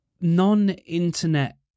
non-internet